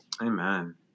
Amen